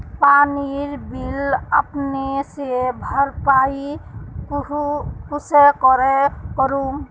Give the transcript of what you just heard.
पानीर बिल अपने से भरपाई कुंसम करे करूम?